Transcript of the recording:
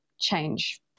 change